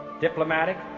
diplomatic